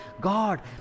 God